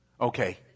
Okay